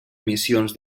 missions